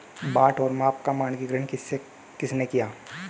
बाट और माप का मानकीकरण किसने किया?